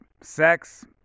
sex